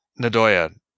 Nadoya